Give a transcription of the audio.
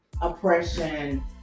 oppression